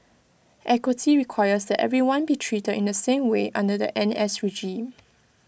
equity requires that everyone be treated in the same way under the N S regime